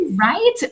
Right